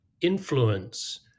influence